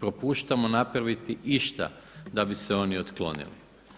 propuštamo napraviti išta da bi se oni otklonili.